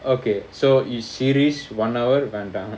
okay so is series one hour வேண்டாம்:vendam